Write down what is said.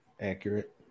accurate